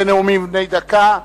בנאומים בני דקה.